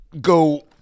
Go